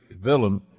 villain